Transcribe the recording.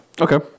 Okay